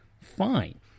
fine